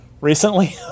recently